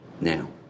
Now